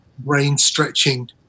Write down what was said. brain-stretching